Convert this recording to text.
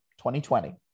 2020